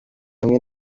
hamwe